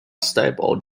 stable